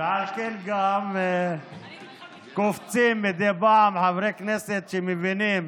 ועל כן קופצים מדי פעם חברי כנסת שמבינים